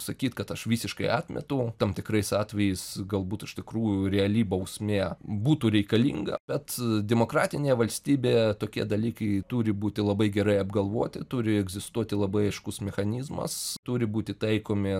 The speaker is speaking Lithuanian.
sakyt kad aš visiškai atmetu tam tikrais atvejais galbūt iš tikrųjų reali bausmė būtų reikalinga bet demokratinėje valstybėje tokie dalykai turi būti labai gerai apgalvoti turi egzistuoti labai aiškus mechanizmas turi būti taikomi